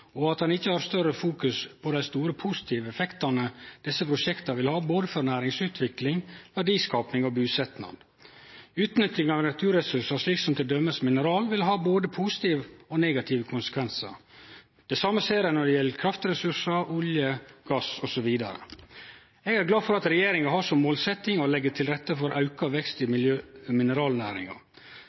og at han ikkje har større fokus på dei store positive effektane desse prosjekta vil ha for både næringsutvikling, verdiskaping og busetnad. Utnytting av naturressursar, slik som t.d. mineralar, vil ha både positive og negative konsekvensar. Det same ser vi når det gjeld kraftressursar, olje, gass, osv. Eg er glad for at regjeringa har som målsetjing å leggje til rette for auka vekst i mineralnæringa.